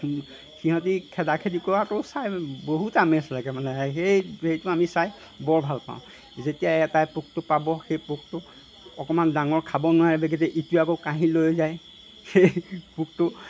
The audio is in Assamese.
সিহঁতি খেদা খেদি কৰাটো চাই বহুত আমেজ লাগে মানে সেই সেইটো আমি চাই বৰ ভাল পাওঁ যেতিয়াই এটাই পোকটো পাব সেই পোকটো অকণমান ডাঙৰ খাব নোৱাৰে বেগেতে ইটোৱে আকৌ কাঢ়ি লৈ যায় সেই পোকটো